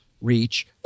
reach